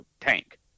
tank